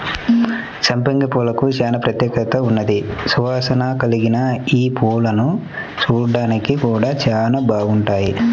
సంపెంగ పూలకు చానా ప్రత్యేకత ఉన్నది, సువాసన కల్గిన యీ పువ్వులు చూడ్డానికి గూడా చానా బాగుంటాయి